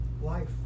life